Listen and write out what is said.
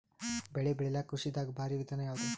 ಬೆಳೆ ಬೆಳಿಲಾಕ ಕೃಷಿ ದಾಗ ಭಾರಿ ವಿಧಾನ ಯಾವುದು?